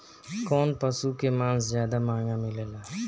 कौन पशु के मांस ज्यादा महंगा मिलेला?